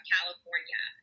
California